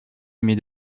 aimée